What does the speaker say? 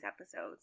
episodes